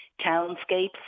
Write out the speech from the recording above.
townscapes